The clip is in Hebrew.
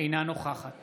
אינה נוכחת